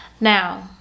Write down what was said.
Now